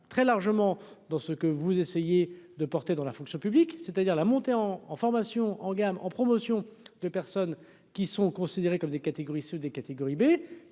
très largement dans ce que vous essayez de porter dans la fonction publique, c'est-à-dire la montée en en formation en gamme en promotion de personnes qui sont considérées comme des catégories, ceux des catégories B